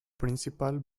principal